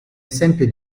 esempio